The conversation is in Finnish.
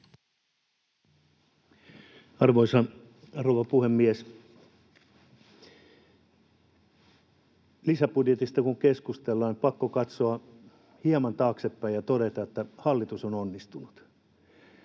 rouva puhemies! Lisäbudjetista kun keskustellaan, on pakko katsoa hieman taaksepäin ja todeta, että hallitus on onnistunut.